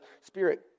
spirit